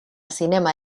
zinema